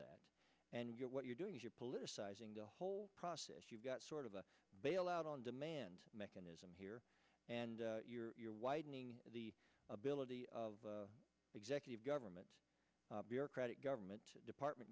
that and you're what you're doing is you're politicizing the whole process you've got sort of a bailout on demand mechanism here and you're you're widening the ability of executive government bureaucratic government department